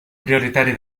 prioritari